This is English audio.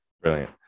Brilliant